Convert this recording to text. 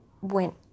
went